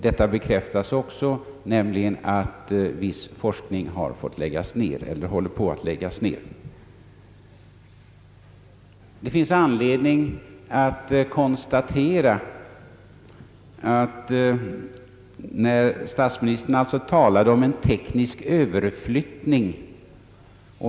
Det bekräftas också av att viss forskning har fått läggas ned eller håller på att läggas ned. Statsministern talade om en teknisk överflyttning.